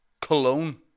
cologne